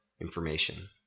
information